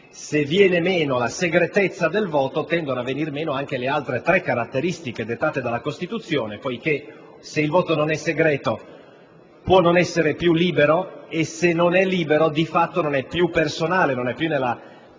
Se viene meno la segretezza del voto, tendono a venir meno anche le altre tre caratteristiche dettate dalla Costituzione: infatti, se il voto non è segreto può non essere più libero e se non è libero di fatto non è più personale, non è più nella